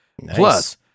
Plus